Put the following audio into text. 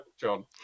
John